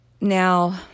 Now